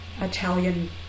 Italian